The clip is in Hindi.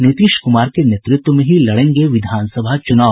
नीतीश कुमार के नेतृत्व में ही लड़ेंगे विधानसभा चुनाव